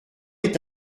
est